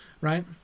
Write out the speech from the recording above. right